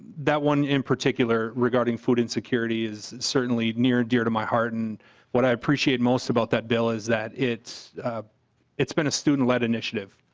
that one in particular regarding food insecurity is certainly near and dear to my heart and what i appreciate most about that bill is that it's it's been a student led initiative.